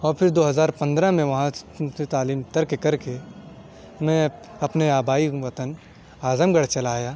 اور پھر دو ہزار پندرہ میں وہاں سے تعلیم ترک کر کے میں اپنے آبائی وطن اعظم گڑھ چلا آیا